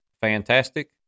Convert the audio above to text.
fantastic